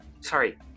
sorry